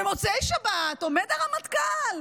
במוצאי שבת עומד הרמטכ"ל: